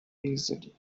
easily